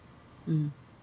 mm